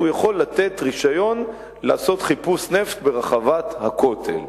הוא יכול לתת רשיון לחפש נפט ברחבת הכותל.